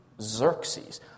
Xerxes